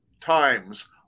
times